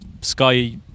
sky